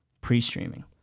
pre-streaming